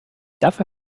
dafür